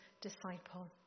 disciple